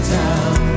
town